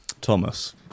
Thomas